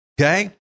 Okay